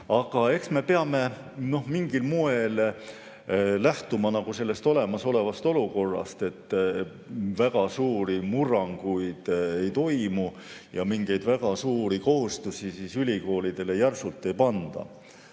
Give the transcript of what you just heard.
Eks me peame mingil moel lähtuma olemasolevast olukorrast. Väga suuri murranguid ei toimu ja mingeid väga suuri kohustusi ülikoolidele järsult ei panda.